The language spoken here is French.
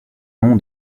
nom